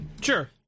Sure